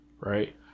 right